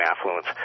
affluence